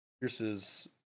Pierce's